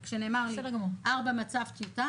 כי כשנאמר לי ארבע במצב טיוטה,